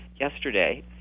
yesterday